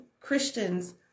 Christians